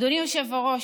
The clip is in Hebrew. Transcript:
אדוני היושב-ראש,